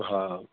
हा